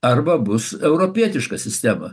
arba bus europietiška sistema